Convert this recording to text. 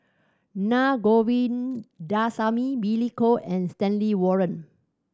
Na Govindasamy Billy Koh and Stanley Warren